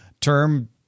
term